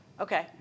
Okay